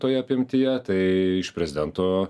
toje apimtyje tai iš prezidento